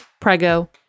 Prego